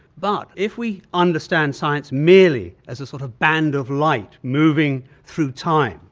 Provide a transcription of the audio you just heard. but if we understand science merely as a sort of band of light moving through time,